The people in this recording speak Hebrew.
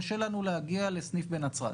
קשה לנו להגיע לסניף בנצרת,